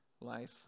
life